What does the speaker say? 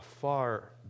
far